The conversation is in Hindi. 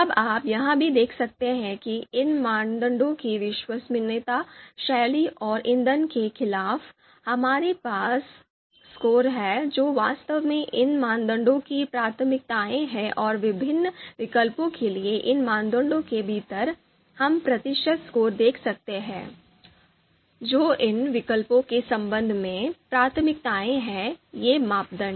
अब आप यह भी देख सकते हैं कि इन मानदंडों की विश्वसनीयता शैली और ईंधन के खिलाफ हमारे पास स्कोर हैं जो वास्तव में इन मानदंडों की प्राथमिकताएं हैं और विभिन्न विकल्पों के लिए इन मानदंडों के भीतर हम प्रतिशत स्कोर देख सकते हैं जो इन विकल्पों के संबंध में प्राथमिकताएं हैं ये मापदंड